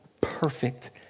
perfect